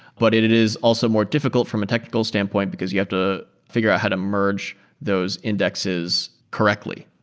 but it it is also more difficult from a technical standpoint, because you have to figure how to merge those indexes correctly.